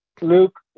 Luke